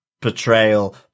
betrayal